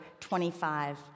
25